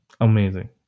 amazing